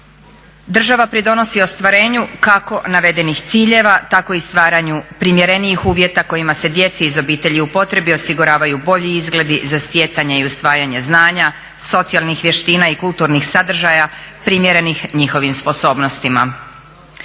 država pridonosi ostvarenju kako navedenih ciljeva tako i stvaranju primjerenijih uvjeta kojima se djeci iz obitelji u potrebi osiguravaju bolji izgledi za stjecanje i usvajanje znanja, socijalnih vještina i kulturnih sadržaja primjerenih njihovim sposobnostima.